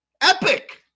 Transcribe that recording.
epic